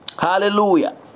hallelujah